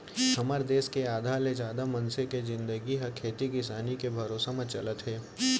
हमर देस के आधा ले जादा मनसे के जिनगी ह खेती किसानी के भरोसा म चलत हे